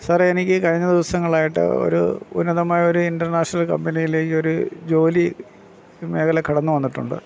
സാറേ എനിക്ക് കഴിഞ്ഞ ദിസവസങ്ങളായിട്ട് ഒരു ഉന്നതമായ ഒരു ഇൻറ്റർനാഷനൽ കമ്പനിയിലേക്കൊര് ജോലി മേഖല കടന്നു വന്നിട്ടുണ്ട്